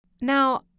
Now